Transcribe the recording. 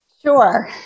Sure